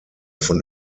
von